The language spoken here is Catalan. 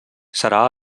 serà